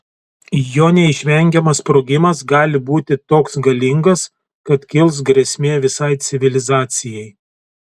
jo neišvengiamas sprogimas gali būti toks galingas kad kils grėsmė visai civilizacijai